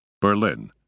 Berlin